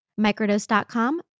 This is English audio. Microdose.com